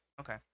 Okay